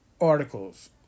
Articles